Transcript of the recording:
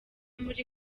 muri